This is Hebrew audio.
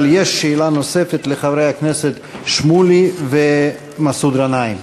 אבל יש שאלה נוספת לחברי הכנסת שמולי ומסעוד גנאים.